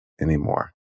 anymore